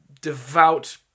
devout